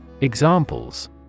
Examples